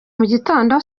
mugitondo